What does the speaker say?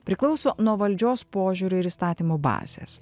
priklauso nuo valdžios požiūrio ir įstatymų bazės